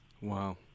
Wow